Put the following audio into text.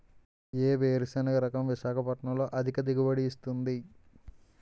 ఏ వేరుసెనగ రకం విశాఖపట్నం లో అధిక దిగుబడి ఇస్తుంది?